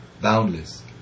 boundless